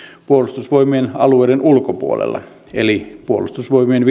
puolustusvoimien alueiden ulkopuolella eli puolustusvoimien